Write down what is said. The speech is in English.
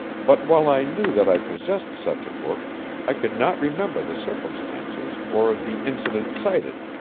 but while i knew that i possessed such a book i could not remember the circumstances or the incidents cited,